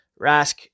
Rask